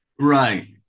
right